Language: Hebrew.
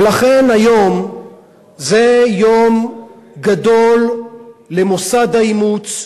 ולכן היום זה יום גדול למוסד האימוץ,